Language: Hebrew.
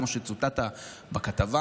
כמו שצוטטת בכתבה,